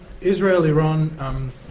Israel-Iran